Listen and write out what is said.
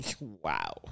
wow